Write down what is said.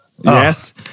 Yes